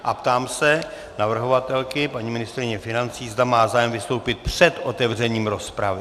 Ptám se navrhovatelky, paní ministryně financí, zda má zájem vystoupit před otevřením rozpravy.